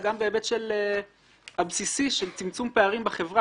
גם בהיבט הבסיסי של צמצום פערים בחברה.